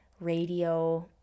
radio